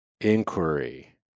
inquiry